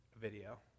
video